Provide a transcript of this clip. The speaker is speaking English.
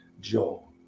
Joe